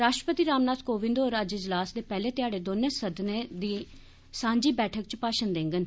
राष्ट्रपति रामनाथ कोविंद होर अज्ज इजलास दे पैहले ध्याड़े दौनें सभाएं दी सांझी बैठक च भाषण देंगन